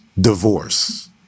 divorce